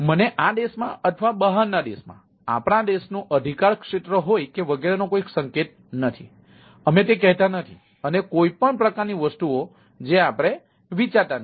મને આ દેશમાં અથવા બહારના દેશમાં આપણા દેશનું અધિકારક્ષેત્ર હોય કે વગેરેનો કોઈ સંકેત નથી અમે તે કહેતા નથી અને કોઈ પણ પ્રકારની વસ્તુઓ જે આપણે વિચારતા નથી